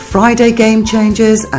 FridayGameChangers